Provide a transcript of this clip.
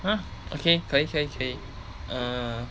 hmm okay 可以可以可以 hmm